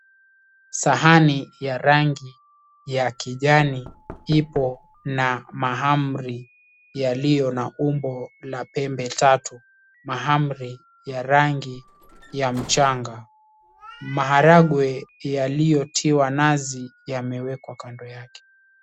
Sahani ya rangi ya kijani ipo na mahamri yaliyo na umbo la pembe tatu, mahamri ya rangi ya mchanga. Maharagwe yaliyotiwa nazi yamewekwa kando yake.